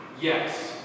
yes